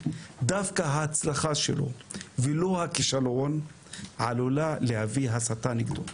דווקא ההצלחה שלו ולא הכישלון עלולה להביא הסתה נגדו.